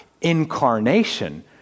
incarnation